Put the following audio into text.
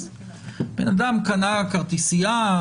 אז בן-אדם קנה כרטיסייה,